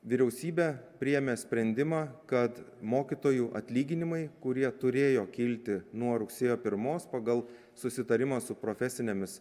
vyriausybė priėmė sprendimą kad mokytojų atlyginimai kurie turėjo kilti nuo rugsėjo pirmos pagal susitarimą su profesinėmis